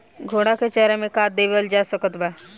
घोड़ा के चारा मे का देवल जा सकत बा?